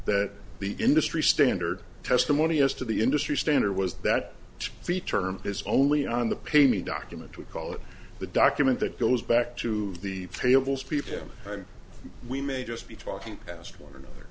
that the industry standard testimony as to the industry standard was that the term is only on the pay me document we call it the document that goes back to the tables people and we may just be talking past one another